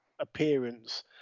appearance